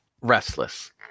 restless